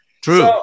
True